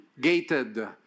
Gated